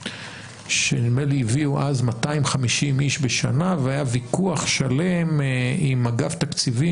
שנדמה לי הביאו אז 250 איש בשנה והיה ויכוח שלם עם אגף התקציבים,